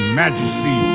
majesty